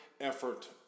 effort